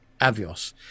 avios